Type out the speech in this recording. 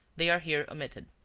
they are here omitted.